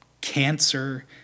cancer